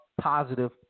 positive